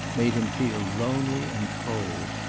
made him feel lonely and cold.